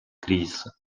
кризиса